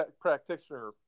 practitioner